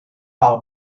par